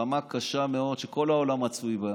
מלחמה קשה מאוד, שכל העולם מצוי בה.